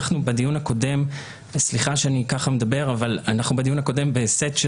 אנחנו בדיון הקודם - וסליחה שאני מדבר כך בסט של